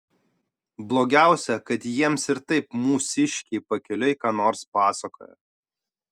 blogiausia kad jiems ir taip mūsiškiai pakeliui ką nors pasakoja